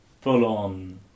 full-on